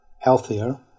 healthier